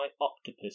Octopus